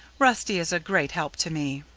rusty is a great help to me.